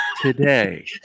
today